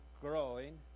growing